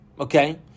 okay